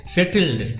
Settled